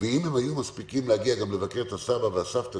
ואם הם היו מספיקים לבקר את הסבא והסבתא